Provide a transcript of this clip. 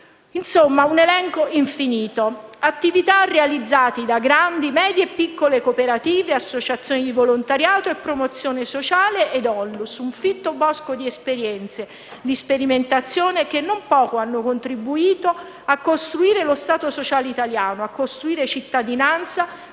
insomma, un elenco infinito. Si tratta di attività realizzate da grandi, medie e piccole cooperative, associazioni di volontariato e promozione sociale, da Onlus: un fitto bosco di esperienze e di sperimentazione che non poco ha contribuito a costruire lo Stato sociale italiano, a costruire cittadinanza,